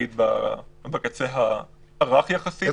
נגיד בקצה הרך יחסית של ההגבלות.